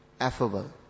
affable